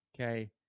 Okay